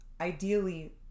Ideally